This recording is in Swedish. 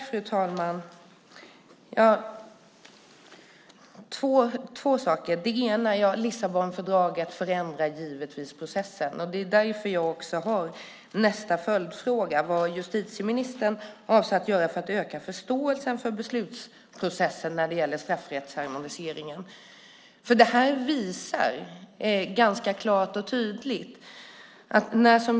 Fru talman! Lissabonfördraget förändrar givetvis processen. Därför har jag en följdfråga: Vad avser justitieministern att göra för att öka förståelsen för beslutsprocessen när det gäller straffrättsharmoniseringen?